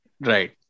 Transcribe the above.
Right